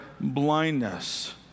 blindness